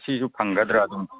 ꯁꯤꯁꯨ ꯐꯪꯒꯗ꯭ꯔꯥ ꯑꯗꯨꯝ